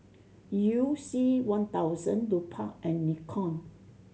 You C One thousand Lupark and Nikon